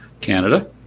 Canada